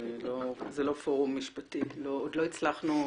זה לא פורום משפטי, עוד לא הצלחנו,